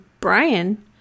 Brian